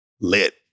lit